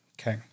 Okay